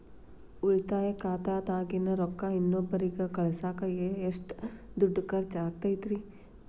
ಉಳಿತಾಯ ಖಾತೆದಾಗಿನ ರೊಕ್ಕ ಇನ್ನೊಬ್ಬರಿಗ ಕಳಸಾಕ್ ಎಷ್ಟ ದುಡ್ಡು ಖರ್ಚ ಆಗ್ತೈತ್ರಿ?